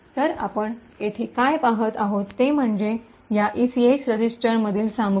तर आपण येथे काय पहात आहोत ते म्हणजे या ईसीएक्स रजिस्टरमधील सामग्री